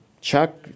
Chuck